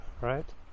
right